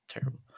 Terrible